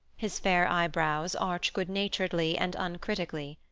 his fair eyebrows arch good-naturedly and uncritically.